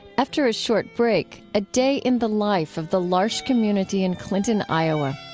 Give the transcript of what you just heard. after a short break, a day in the life of the l'arche community in clinton, iowa